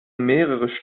mehrere